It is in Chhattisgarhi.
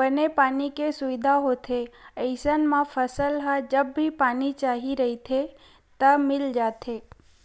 बने पानी के सुबिधा होथे अइसन म फसल ल जब भी पानी चाही रहिथे त मिल जाथे